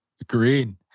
agreed